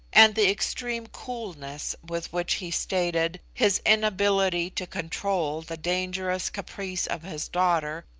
and the extreme coolness with which he stated his inability to control the dangerous caprice of his daughter,